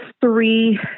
three